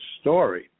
story